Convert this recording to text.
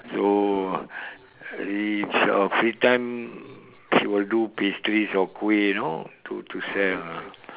so each of free time she will do pastries or kuih you know to to sell